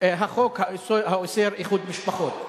החוק האוסר איחוד משפחות.